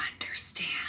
understand